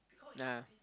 (uh huh)